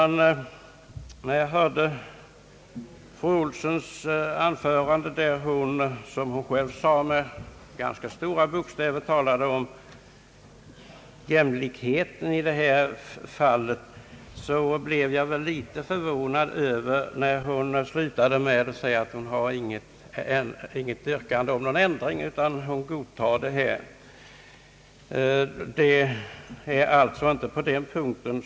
När jag hörde fru Olssons anförande, där hon, som hon själv sade, med ganska stora bokstäver talade om jämlikheten i det här fallet, blev jag litet förvånad över att hon slutade med att säga att hon inte har något yrkande om ändring på den här punkten.